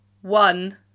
One